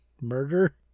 murder